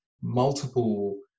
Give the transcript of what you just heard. multiple